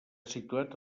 situat